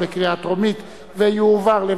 (תיקוני חקיקה) (הוראות שעה) (תיקון,